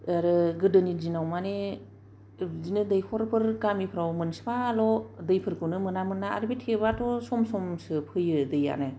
आरो गादोनि दिनाव माने बिदिनो दैखरफोर गामिफ्राव मोनफाल' दै फोरखौनो मोनामोनना आरो बे टेपआथ' सम समसो फैयो दैयानो